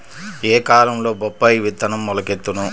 ఏ కాలంలో బొప్పాయి విత్తనం మొలకెత్తును?